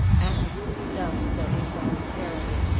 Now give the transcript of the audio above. asked itself so involuntarily,